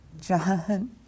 John